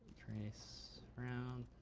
turn this around.